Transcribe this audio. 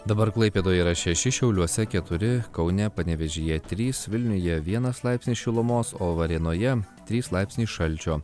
dabar klaipėdoje yra šeši šiauliuose keturi kaune panevėžyje trys vilniuje vienas laipsnis šilumos o varėnoje trys laipsniai šalčio